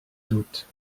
doute